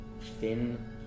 Thin